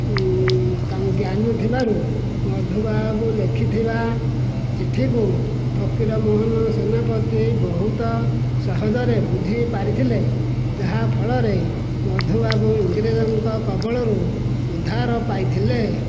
ଜ୍ଞାନି ଥିବାରୁ ମଧୁବାବୁ ଲେଖିଥିବା ଚିଠିକୁ ଫକୀରମୋହନ ସେନାପତି ବହୁତ ସହଜରେ ବୁଝି ପାରିଥିଲେ ଯାହା ଫଳରେ ମଧୁବାବୁ ଇଂରେଜଙ୍କ କବଳରୁ ଉଦ୍ଧାର ପାଇଥିଲେ